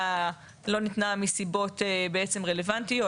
לא ניתנה מסיבות בעצם רלוונטיות,